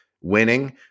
winning